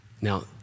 Now